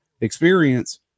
experience